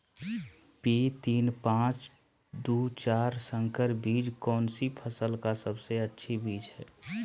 P तीन पांच दू चार संकर बीज कौन सी फसल का सबसे अच्छी बीज है?